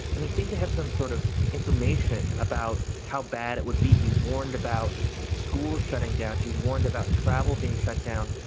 and he seemed to have some sort of information about how bad it would be. he warned about schools shutting down. he warned about travel being shut down,